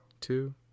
two